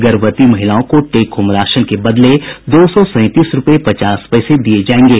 गर्भवती महिलाओं को टेक होम राशन के बदले दो सौ सैंतीस रूपये पचास पैसे दिये जायेंगे